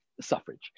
suffrage